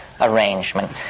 arrangement